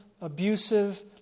abusive